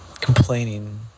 complaining